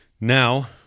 now